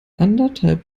anderthalb